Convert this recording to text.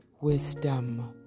wisdom